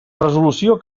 resolució